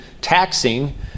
taxing